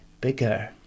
bigger